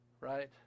right